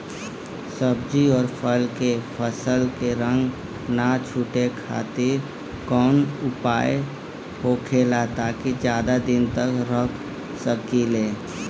सब्जी और फल के फसल के रंग न छुटे खातिर काउन उपाय होखेला ताकि ज्यादा दिन तक रख सकिले?